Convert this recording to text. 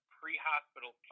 pre-hospital